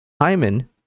Hyman